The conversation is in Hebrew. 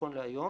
נכון להיום